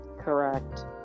Correct